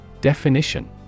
Definition